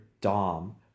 Dom